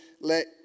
let